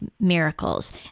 miracles